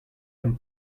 him